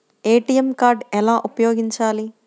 ATM card ఎలా ఉపయోగించాలి?